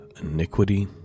iniquity